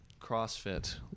CrossFit